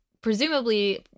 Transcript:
presumably